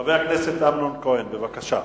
חבר הכנסת אמנון כהן, בבקשה.